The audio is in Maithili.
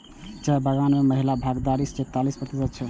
चाय बगान मे महिलाक भागीदारी सैंतालिस प्रतिशत छै